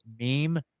meme